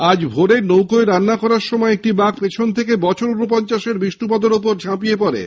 আজ ভোরে নৌকোয় রান্না করার সময় একটি বাঘ পিছন থেকে বছর ঊনপঞ্চাশের বিষ্ণুপদর উপর ঝাঁপিয়ে পড়ে